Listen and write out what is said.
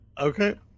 Okay